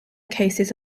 cases